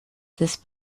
this